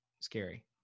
Scary